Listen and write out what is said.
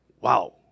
Wow